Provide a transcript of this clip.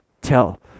tell